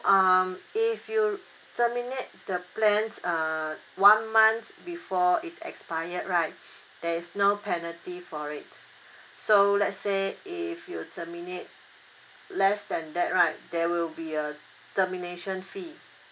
um if you terminate the plan uh one month before it's expired right there is no penalty for it so let's say if you terminate less than that right there will be a termination fee